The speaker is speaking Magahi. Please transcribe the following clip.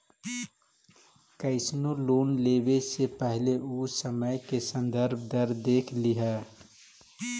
कइसनो लोन लेवे से पहिले उ समय के संदर्भ दर देख लिहऽ